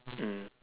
mm